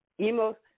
Emo